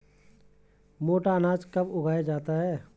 मोटा अनाज कब उगाया जाता है?